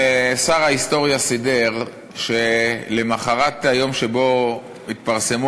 שר ההיסטוריה סידר שלמחרת היום שבו התפרסמו